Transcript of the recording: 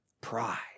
pride